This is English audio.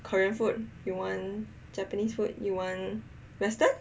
korean food you want japanese food you want western